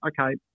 okay